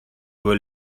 were